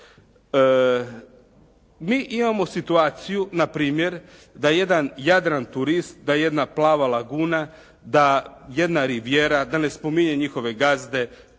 Mi imamo situaciju npr. da jedan "Jadran-turist", da jedna "Plava laguna" da jedna "Rivijera", da ne spominjem njihove gazde